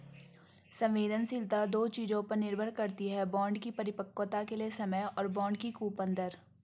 संवेदनशीलता दो चीजों पर निर्भर करती है बॉन्ड की परिपक्वता के लिए समय और बॉन्ड की कूपन दर